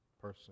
person